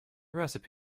recipe